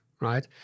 right